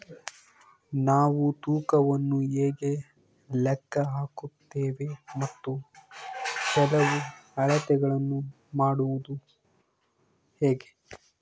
ನಾವು ತೂಕವನ್ನು ಹೇಗೆ ಲೆಕ್ಕ ಹಾಕುತ್ತೇವೆ ಮತ್ತು ಕೆಲವು ಅಳತೆಗಳನ್ನು ಮಾಡುವುದು ಹೇಗೆ?